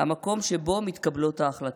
המקום שבו מתקבלות ההחלטות,